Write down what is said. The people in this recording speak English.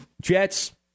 Jets